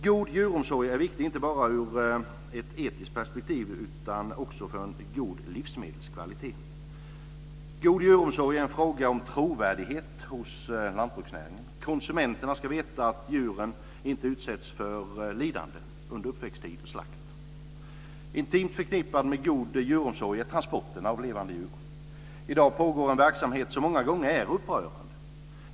God djuromsorg är viktig inte bara i ett etiskt perspektiv utan också för en god livsmedelskvalitet. God djuromsorg är en fråga om trovärdighet hos lantbruksnäringen. Konsumenterna ska veta att djuren inte utsätts för lidande under uppväxttid och slakt. Intimt förknippade med en god djuromsorg är transporterna av levande djur. I dag pågår en verksamhet som många gånger är upprörande.